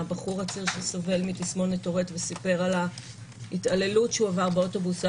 הבחור הצעיר שסובל מתסמונת טורט וסיפר על ההתעללות שהוא עבר באוטובוס,